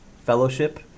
Fellowship